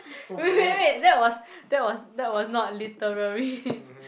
wait wait wait that was that was that was not literally